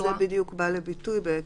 בנסיבות העניין,